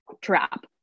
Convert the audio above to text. trap